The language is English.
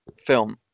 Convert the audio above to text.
film